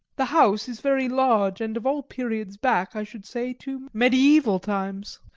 the house is very large and of all periods back, i should say, to mediaeval times,